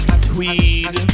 Tweed